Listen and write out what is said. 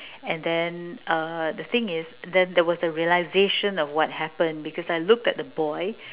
and then uh the thing is then there was the realization of what happened because I looked at the boy